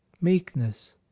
meekness